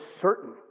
certain